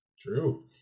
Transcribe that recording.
True